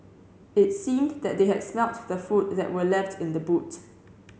it seemed that they had smelt the food that were left in the boot